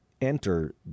enter